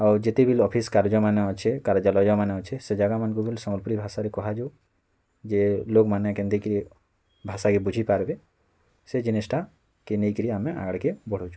ଆଉ ଯେତେ bill office କାର୍ଯ୍ୟମାନେ ଅଛେ କାର୍ଯ୍ୟଲୟମାନେ ଅଛେ ସେ ଜାଗାମାନଙ୍କୁ ବିଲ୍ ସମ୍ବଲପୁରୀ ଭାଷାରେ କୁହାଯାଉ ଯେ ଲୋକ ମାନେ କେନ୍ତି କିରି ଭାଷା କେ ବୁଝି ପାର୍ବେ ସେ ଜିନିଷ୍ଟା କେ ନେଇକିରି ଆମେ ଆଗାଡ଼ କେ ବଢ଼ୁଛୁଁ